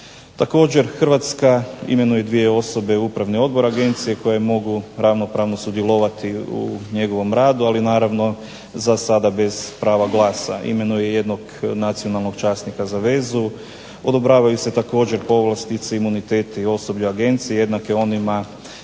Također Hrvatska imenuje dvije osobe u upravni odbor agencije, koje mogu ravnopravno sudjelovati u njegovom radu, ali naravno za sada bez prava glasa. Imenuje jednog nacionalnog časnika za vezu, odobravaju se također povlastice, imuniteti osoblju agencije, jednake onima